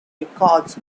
records